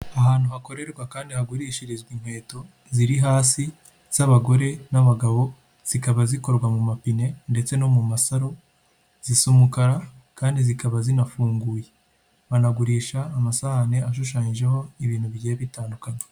Ahantu hakorerwa kandi hagurishirizwa inkweto ziri hasi z'abagore n'abagabo, zikaba zikorwa mu mapine ndetse no mu masaro zisa umukara kandi zikaba zinafunguye, banagurisha amasahani ashushanyijeho ibintu bigiye bitandukanye.